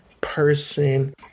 person